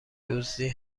دزدی